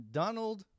donald